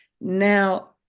Now